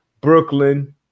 Brooklyn